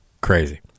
Crazy